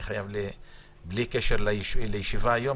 בלי קשר לישיבה היום,